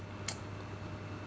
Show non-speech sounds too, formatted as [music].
[noise]